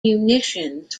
munitions